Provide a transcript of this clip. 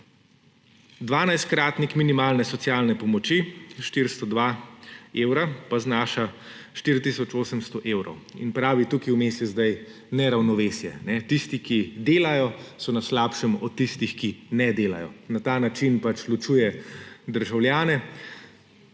dvanajstkratnik minimalne socialne pomoči 402 evra pa znaša 4 tisoč 800 evrov in pravi, da tukaj vmes je zdaj neravnovesje: tisti, ki delajo, so na slabšem od tistih, ki ne delajo. Na ta način ločuje državljane,